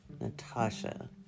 Natasha